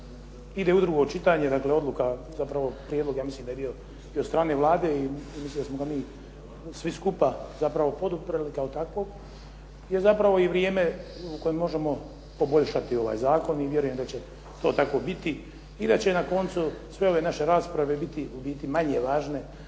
ide u drugo čitanje, dakle odluka, zapravo prijedlog ja mislim da je bio od strane Vlade i mislim da smo ga mi svi skupa zapravo poduprli kao takvog je zapravo i vrijeme u kojem možemo poboljšati ovaj zakon i vjerujem da će to tako biti i da će na koncu sve ove rasprave biti u biti manje važne